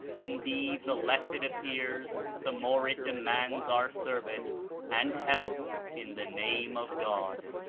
indeed, the less it appears, the more it demands our service and help in the name of god.